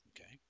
Okay